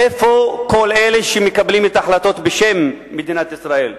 איפה כל אלה שמקבלים את ההחלטות בשם מדינת ישראל?